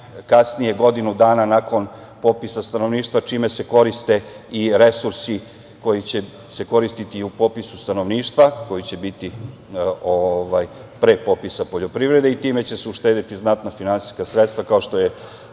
najkasnije godinu dana nakon popisa stanovništva, čime se koriste i resursi koji će se koristiti u popisu stanovništva, koji će biti pre popisa poljoprivrede i time će se uštedeti znatna finansijska sredstva. Kao što je